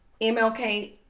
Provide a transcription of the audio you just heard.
MLK